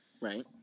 right